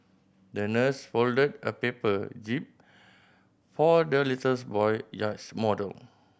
the nurse folded a paper jib for the little boy yachts model